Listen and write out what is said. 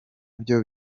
byo